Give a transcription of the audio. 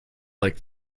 like